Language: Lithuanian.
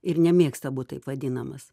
ir nemėgsta būt taip vadinamas